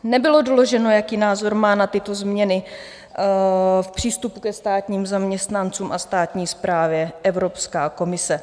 Nebylo doloženo, jaký názor má na tyto změny přístup ke státním zaměstnancům a státní správě Evropská komise.